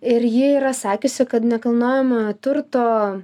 ir ji yra sakiusi kad nekilnojamojo turto